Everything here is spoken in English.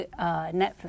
Netflix